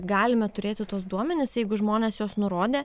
galime turėti tuos duomenis jeigu žmonės juos nurodė